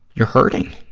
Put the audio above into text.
you're hurting.